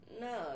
No